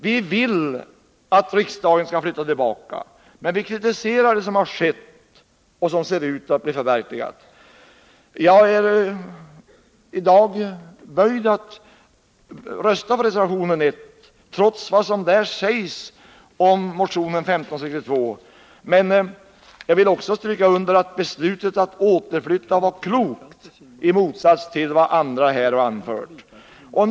Vi vill att riksdagen skall flytta tillbaka, men vi kritiserar det som har föreslagits och ser ut att bli förverkligat. Jag är i dag böjd för att rösta för reservation 1, trots vad som där sägs om motion 1562. Men jag vill också — i motsats till vad andra talare här har anfört — stryka under att beslutet om återflyttning var klokt.